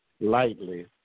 lightly